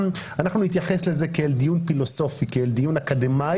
אנחנו נתייחס לזה כאל דיון פילוסופי וכאל דיון אקדמאי